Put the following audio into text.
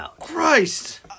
Christ